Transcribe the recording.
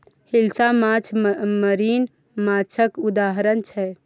हिलसा माछ मरीन माछक उदाहरण छै